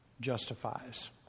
justifies